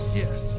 yes